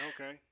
Okay